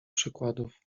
przykładów